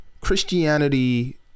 Christianity